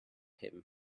him